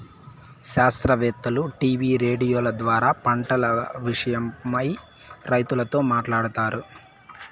శాస్త్రవేత్తలు టీవీ రేడియోల ద్వారా పంటల విషయమై రైతులతో మాట్లాడుతారు